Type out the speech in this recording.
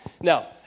Now